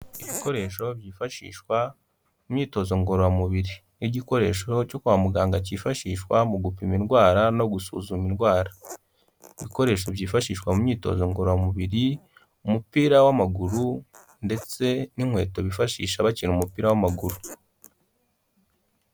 Ibikoresho byifashishwa mu myitozo ngororamubiri. Ni igikoresho cyo kwa muganga cyifashishwa mu gupima indwara no gusuzuma indwara ibikoresho byifashishwa mu myitozo ngororamubiri, umupira w'amaguru ndetse n'inkweto bifashisha bakina umupira w'amaguru.